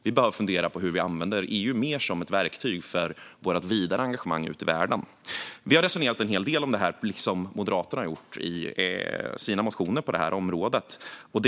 Vi behöver fundera på hur vi mer kan använda EU som ett verktyg för vårt vidare engagemang ute i världen. Vi har resonerat en hel del om detta, liksom Moderaterna har gjort i sina motioner på detta område.